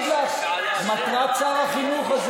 אבל יש רשימה של מטרות החינוך,